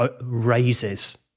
raises